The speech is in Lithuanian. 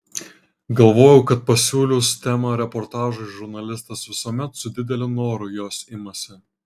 galvojau kad pasiūlius temą reportažui žurnalistas visuomet su dideliu noru jos imasi